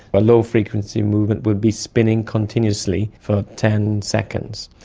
a low-frequency movement would be spinning continuously for ten seconds.